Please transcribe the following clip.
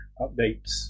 updates